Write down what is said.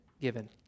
given